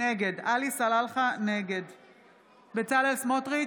נגד בצלאל סמוטריץ'